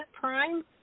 Prime